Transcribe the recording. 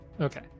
Okay